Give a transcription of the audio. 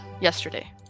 yesterday